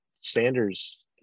Sanders